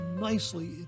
nicely